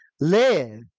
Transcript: live